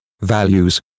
values